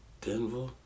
Denver